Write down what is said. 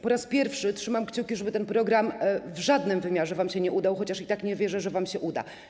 Po raz pierwszy trzymam kciuki, żeby ten program w żadnym wymiarze wam się nie udał, chociaż i tak nie wierzę, że wam się uda.